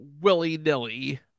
willy-nilly